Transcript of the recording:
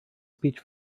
speech